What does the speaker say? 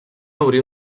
obrir